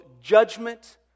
judgment